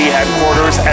Headquarters